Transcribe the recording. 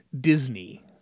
Disney